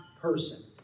person